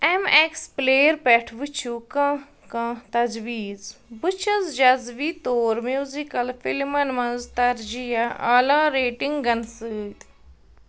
M X player پٮ۪ٹھ وٕچھُو کانٛہہ کانٛہہ تجویٖز بہٕ چھَس جزوی طور میوٗزِکل فِلمَن منٛز ترجیٖح یا اعلیٰ ریٹِنٛگَن سۭتۍ